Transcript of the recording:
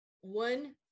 one